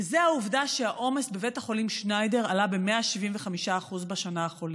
וזה העובדה שהעומס בבית החולים שניידר עלה ב-175% בשנה החולפת.